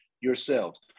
yourselves